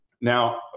Now